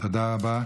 תודה רבה.